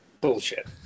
bullshit